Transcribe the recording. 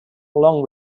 along